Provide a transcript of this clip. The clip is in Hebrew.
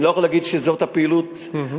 אני לא יכול לומר שזו הפעילות האופטימלית,